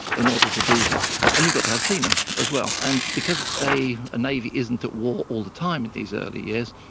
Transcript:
in order to do this, and you've got to have seamen as well. and because a navy isn't at wall all the time in these early years,